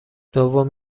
دوم